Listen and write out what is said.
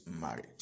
marriage